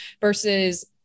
versus